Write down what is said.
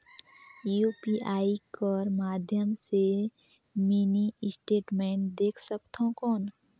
UPI कर माध्यम से मिनी स्टेटमेंट देख सकथव कौन?